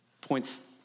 points